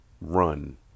run